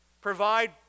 provide